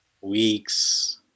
weeks